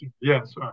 Yes